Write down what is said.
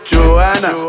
Joanna